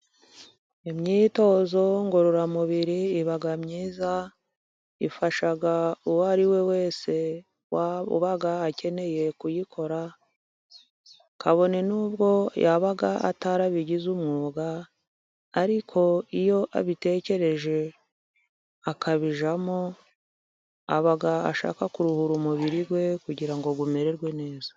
Imyitozo ngororamubiri iba myiza, ifasha uwo ariwe wese uba akeneye kuyikora, kabone n'ubwo yaba atarabigize umwuga. Ariko iyo abitekereje akabijyamo, aba ashaka kuruhura umubiri we kugira ngo umererwe neza.